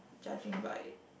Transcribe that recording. judging by